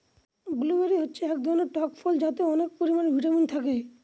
blueberry হল এক ধরনের টক ফল যাতে অনেক পরিমানে ভিটামিন থাকে